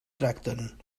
tracten